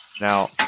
Now